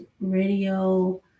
radio